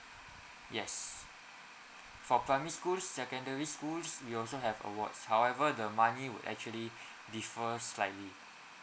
yes for primary schools secondary schools we also have awards however the money would actually differ slightly